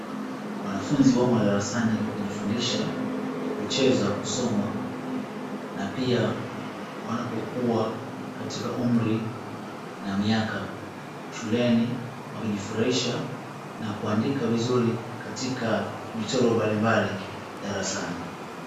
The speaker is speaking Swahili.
Wanafunzi wamo darasani wakijifundisha kucheza, kusoma na pia wanapokuwa katika umri na miaka shuleni wakijifurahisha na kuandika vizuri katika michoro mbalimbali darasani.